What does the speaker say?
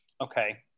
Okay